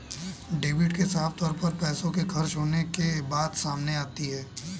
debit से साफ तौर पर पैसों के खर्च होने के बात सामने आती है